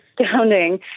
astounding